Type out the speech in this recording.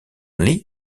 lee